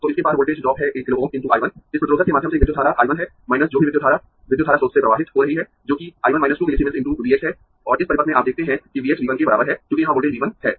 तो इसके पार वोल्टेज ड्रॉप है 1 किलो Ω × I 1 इस प्रतिरोधक के माध्यम से एक विद्युत धारा I 1 है जो भी विद्युत धारा विद्युत धारा स्रोत से प्रवाहित हो रही है जो कि I 1 2 मिलीसीमेंस × V x है और इस परिपथ में आप देखते है कि V x V 1 के बराबर है क्योंकि यहां वोल्टेज V 1 है